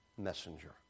messenger